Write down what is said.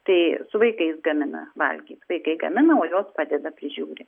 tai su vaikais gamina valgyt vaikai gamina o jos padeda prižiūri